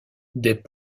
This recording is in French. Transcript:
des